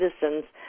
citizens